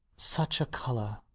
such a color!